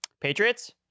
patriots